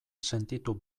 sentitu